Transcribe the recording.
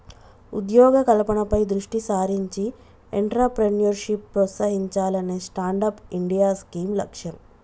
ఉద్యోగ కల్పనపై దృష్టి సారించి ఎంట్రప్రెన్యూర్షిప్ ప్రోత్సహించాలనే స్టాండప్ ఇండియా స్కీమ్ లక్ష్యం